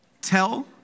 Tell